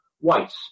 whites